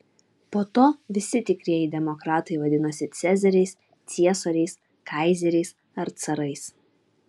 po to visi tikrieji demokratai vadinosi cezariais ciesoriais kaizeriais ar carais